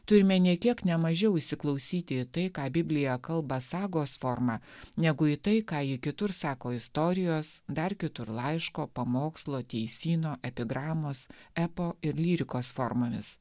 turime nė kiek nemažiau įsiklausyti į tai ką biblija kalba sagos forma negu į tai ką ji kitur sako istorijos dar kitur laiško pamokslo teisyno epigramos epo ir lyrikos formomis